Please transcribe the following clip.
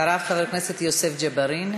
אחריו, חבר הכנסת יוסף ג'בארין.